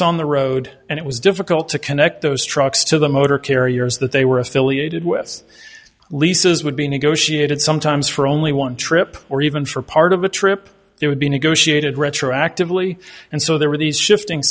on the road and it was difficult to connect those trucks to the motor carriers that they were affiliated with leases would be negotiated sometimes for only one trip or even for part of a trip they would be negotiated retroactively and so there were these shifting